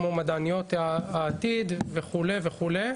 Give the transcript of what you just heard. כמו מדעניות העתיד וכו' וכו',